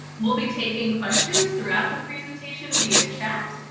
we'll be taking questions throughout the presentation via chat,